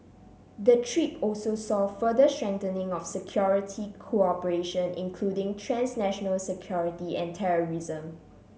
the trip also saw further strengthening of security cooperation including transnational security and terrorism